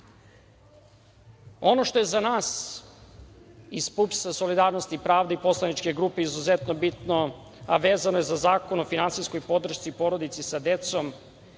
ide. Ono što je za nas iz PUPS-a – Solidarnost i pravda i poslaničke grupe izuzetno bitno, a vezano za Zakon o finansijskoj podršci porodici sa decom